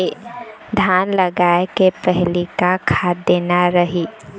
धान लगाय के पहली का खाद देना रही?